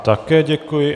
Také děkuji.